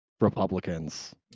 Republicans